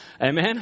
Amen